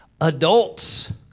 Adults